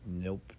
Nope